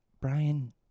Brian